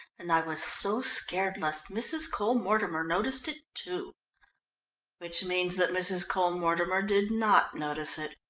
and i was so scared lest mrs. cole-mortimer noticed it too which means that mrs. cole-mortimer did not notice it.